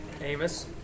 Amos